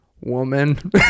Woman